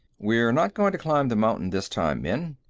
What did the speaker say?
we're not going to climb the mountain this time, men.